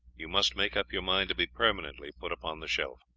you must make up your mind to be permanently put upon the shelf.